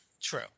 True